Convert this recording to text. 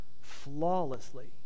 flawlessly